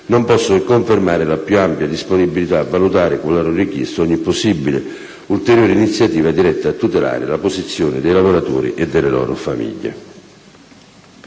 non posso che confermare la più ampia disponibilità a valutare, qualora richiesto, ogni possibile, ulteriore iniziativa diretta a tutelare la posizione dei lavoratori e delle loro famiglie.